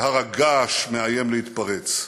שהר-הגעש מאיים להתפרץ.